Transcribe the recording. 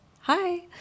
Hi